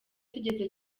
tugeze